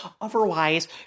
otherwise